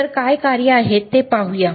तर काय कार्ये आहेत ते पाहूया